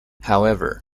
however